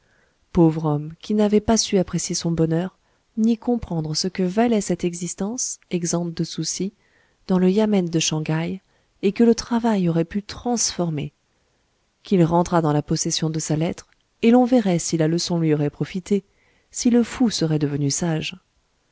pauvre homme qui n'avait pas su apprécier son bonheur ni comprendre ce que valait cette existence exempte de soucis dans le yamen de shang haï et que le travail aurait pu transformer qu'il rentrât dans la possession de sa lettre et l'on verrait si la leçon lui aurait profité si le fou serait devenu sage